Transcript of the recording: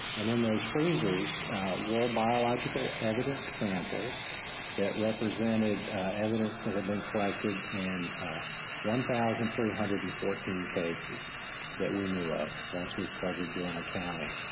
and in those freezers were biological evidence samples that represented evidence that had been collected in one thousand three hundred and fourteen cases that we knew of, once we started doing a counting.